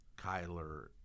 Kyler